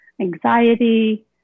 Anxiety